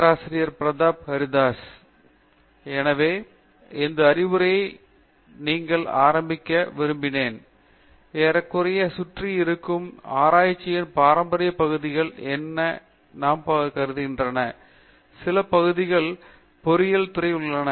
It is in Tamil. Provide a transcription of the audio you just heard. பேராசிரியர் பிரதாப் ஹரிதாஸ் எனவே இந்த அறிவுரையை நீங்கள் ஆரம்பிக்க விரும்பினேன் ஏறக்குறைய சுற்றி இருக்கும் ஆராய்ச்சிகளின் பாரம்பரிய பகுதிகள் என நாம் கருதுகின்ற சில பகுதிகள் சில பொறியியல் துறைகளில் உள்ளன